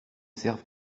servent